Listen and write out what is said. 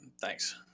Thanks